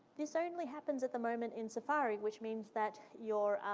this only happens at the moment in safari, which means that your